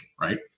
right